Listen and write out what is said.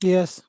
Yes